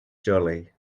jolly